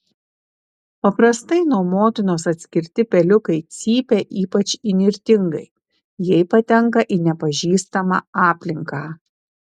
paprastai nuo motinos atskirti peliukai cypia ypač įnirtingai jei patenka į nepažįstamą aplinką